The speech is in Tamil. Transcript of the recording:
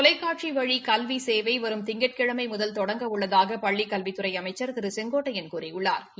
தொலைக்காட்சி வழி கல்வி சேவை வரும் திங்கட்கிழமை முதல் தொடங்க உள்ளதாக பள்ளிக் கல்வித்துறை அமைச்சா் திரு செங்கோட்டையன் கூறியுள்ளாா்